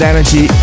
energy